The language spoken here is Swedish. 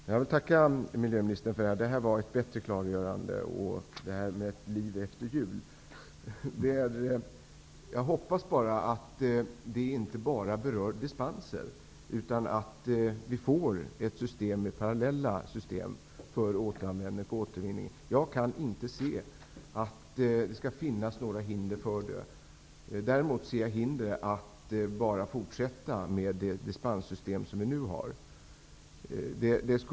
Herr talman! Jag vill tacka miljöministern för det senaste inlägget. Det var ett bättre klargörande; att det finns ett liv efter jul. Jag hoppas att det inte bara gäller dispenser utan att vi får parallella system för återanvändning och återvinning. Jag kan inte se att det skulle finnas några hinder för det. Däremot ser jag hinder i att fortsätta med det dispenssystem som vi nu har.